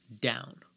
down